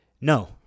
no